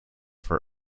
for